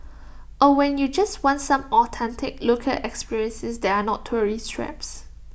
or when you just want some authentic local experiences that are not tourist traps